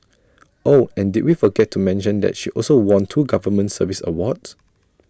oh and did we forget to mention that she also won two government service awards